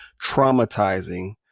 traumatizing